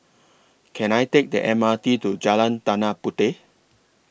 Can I Take The M R T to Jalan Tanah Puteh